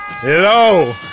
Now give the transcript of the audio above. Hello